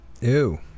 Ew